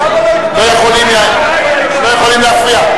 אתם לא יכולים להפריע.